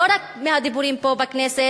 לא רק מהדיבורים פה בכנסת,